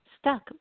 stuck